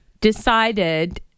decided